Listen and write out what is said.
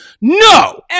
no